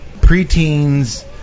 preteens